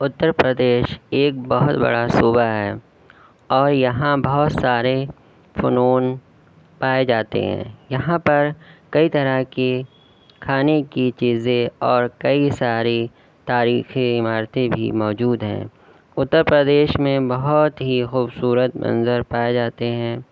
اتر پردیش ایک بہت بڑا صوبہ ہے اور یہاں بہت سارے فنون پائے جاتے ہیں یہاں پر کئی طرح کے کھانے کی چیزیں اور کئی ساری تاریخی عمارتیں بھی موجود ہیں اتر پردیش میں بہت ہی خوبصورت منظر پائے جاتے ہیں